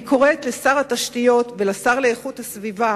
אני קוראת לשר התשתיות ולשר להגנת הסביבה